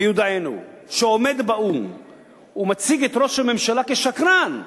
מיודענו, שעומד באו"ם ומציג את ראש הממשלה כשקרן,